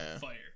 fire